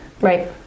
Right